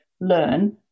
learn